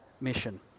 mission